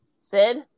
Sid